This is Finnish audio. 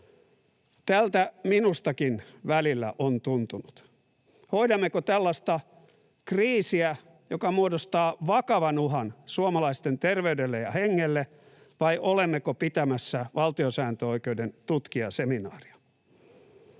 Tältä minustakin välillä on tuntunut. Hoidammeko tällaista kriisiä, joka muodostaa vakavan uhan suomalaisten terveydelle ja hengelle, vai olemmeko pitämässä valtiosääntöoikeuden tutkijaseminaaria?